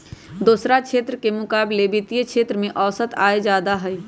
दोसरा क्षेत्र के मुकाबिले वित्तीय क्षेत्र में औसत आय जादे हई